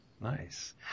Nice